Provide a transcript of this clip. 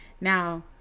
Now